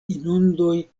inundoj